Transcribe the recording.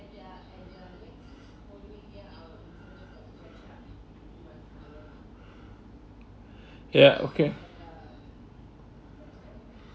ya okay